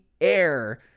air